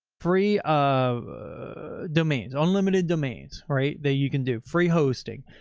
free, um domains unlimited domains, right. that you can do free hosting,